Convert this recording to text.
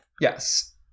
Yes